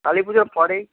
কালী পুজোর পরেই